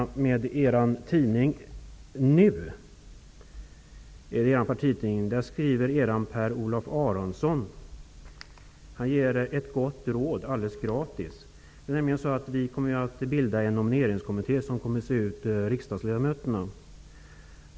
I er partitidning Nu får Per-Olof Aronsson ett gott råd, alldeles gratis. Vi kommer nämligen att bilda en nomineringskommitté som kommer att utse riksdagsledamöterna.